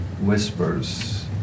whispers